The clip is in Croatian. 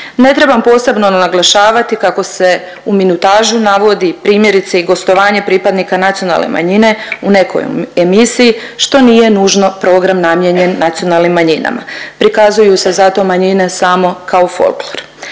Ne trebam posebno naglašavati kako se u minutažu navodi i primjerice gostovanje pripadnika nacionalne manjine u nekoj emisiji, što nije nužno program namijenjen nacionalnim manjinama. Prikazuju se zato manjine samo kao folklor.